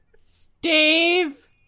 Steve